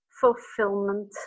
Fulfillment